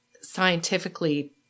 scientifically